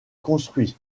construits